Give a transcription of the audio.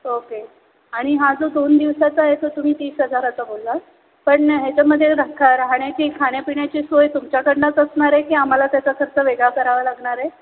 okay आणि हा जो दोन दिवसाचा आहे तो तुम्ही तीस हजाराचा बोलला पण ह्याच्यामध्ये रा खा राहण्याची खाण्यापिण्याची सोय तुमच्याकडूनच असनार आहे की आम्हाला त्याचा खर्च वेगळा करावा लागणार आहे